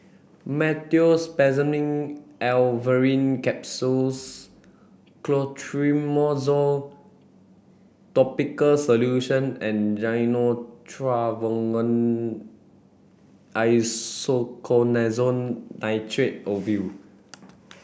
Meteospasmyl Alverine Capsules Clotrimozole Topical Solution and Gyno Travogen Isoconazole Nitrate Ovule